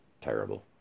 terrible